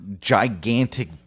gigantic